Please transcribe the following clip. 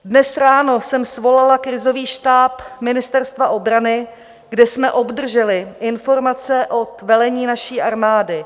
Dnes ráno jsem svolala krizový štáb Ministerstva obrany, kde jsme obdrželi informace od velení naší armády.